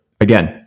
again